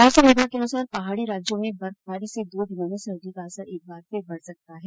मौसम विभाग के अनुसार पहाड़ी राज्यों में बर्फबारी से दो दिनों में सर्दी का असर एक बार फिर बढ़ सकता है